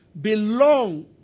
belong